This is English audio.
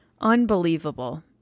unbelievable